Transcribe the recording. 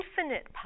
infinite